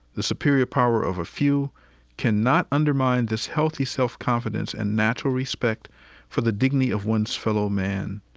the superior power of a few cannot undermine this healthy self-confidence and natural respect for the dignity of one's fellowman.